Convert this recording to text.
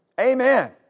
Amen